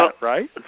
right